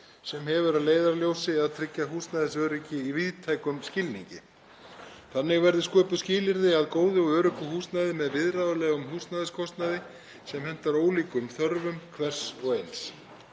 sem hefur að leiðarljósi að tryggja húsnæðisöryggi í víðtækum skilningi. Þannig verði sköpuð skilyrði að góðu og öruggu húsnæði með viðráðanlegum húsnæðiskostnaði sem hentar ólíkum þörfum hvers og eins.